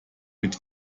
mit